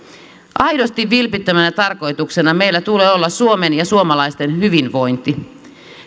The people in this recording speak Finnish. aidosti vilpittömänä tarkoituksena meillä tulee olla suomen ja suomalaisten hyvinvointi